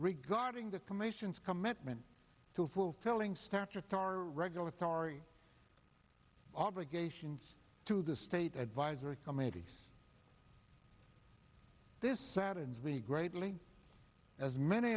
regarding the commission's commitment to fulfilling statutory regulatory obligations to the state advisory committee this saddens me greatly as many